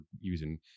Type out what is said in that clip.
using